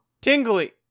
tingly